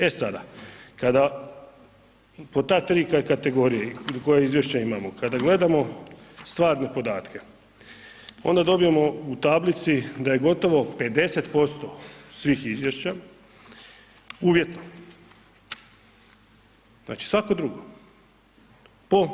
E sada, kada po ta tri, kategorije, koja izvješća imamo, kada gledamo stvarne podatke, onda dobijemo u tablici da je gotovo 50% svih izvješća uvjetno.